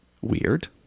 weird